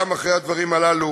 גם אחרי הדברים הללו,